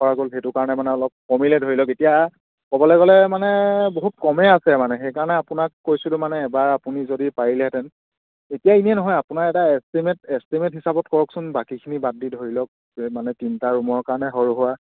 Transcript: খৰছ হ'ল সেইটো কাৰণে মানে অলপ কমিলে ধৰি লওক এতিয়া ক'বলে গ'লে মানে বহুত কমেই আছে মানে সেইকাৰণে আপোনাক কৈছিলোঁ মানে এবাৰ আপুনি যদি পাৰিলেহেঁতেন এতিয়া এনেই নহয় আপোনাৰ এটা এষ্টিমেট এষ্টিমেট হিচাপত কওকচোন বাকীখিনি বাদ দি ধৰি লওক মানে তিনিটা ৰুমৰ কাৰণে সৰু সুৰা